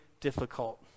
difficult